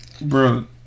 Bro